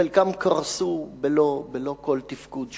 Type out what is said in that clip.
חלקן קרסו בלא כל תפקוד שהוא.